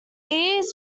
ease